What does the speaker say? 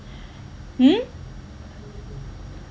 mm